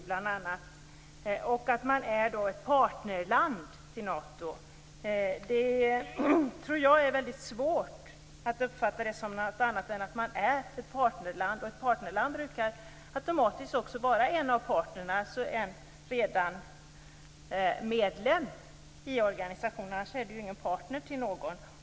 Vi skulle bli ett partnerland till Nato. Jag tror att det är väldigt svårt att uppfatta det som någonting annat än att man är ett partnerland. Ett partnerland brukar automatiskt också vara en av parterna, dvs. redan medlem i organisationen. Annars är det ju ingen partner till någon.